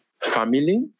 family